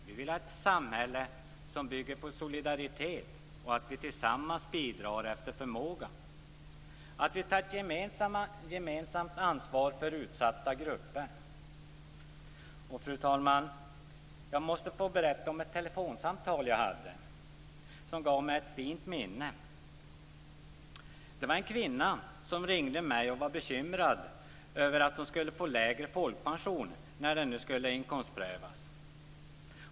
Vi vill ha ett samhälle som bygger på solidaritet, på att vi tillsammans bidrar efter förmåga och tar ett gemensamt ansvar för utsatta grupper. Fru talman! Jag måste få berätta om ett telefonsamtal jag hade och som gav mig ett fint minne. Det var en kvinna som ringde mig och var bekymrad över att hon skulle få lägre folkpension nu när den skulle inkomstprövas.